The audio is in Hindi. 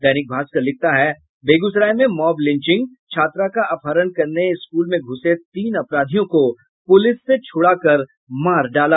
दैनिक भास्कर लिखता है बेगूसराय में मॉब लिंचिंग छात्रा का अपहरण करने स्कूल में घुसे तीन अपराधियों को पुलिस से छुड़ाकर मार डाला